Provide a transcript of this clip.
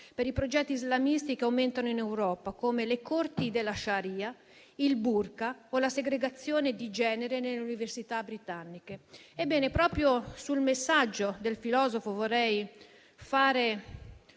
per i progetti islamisti che aumentano in Europa, come le corti della *sharia,* il *burqa* o la segregazione di genere nelle università britanniche. Ebbene, proprio partendo dal messaggio del filosofo vorrei fare